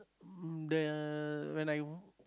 the when I